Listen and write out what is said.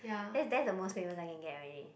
that that's the most famous I can get already